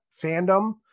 fandom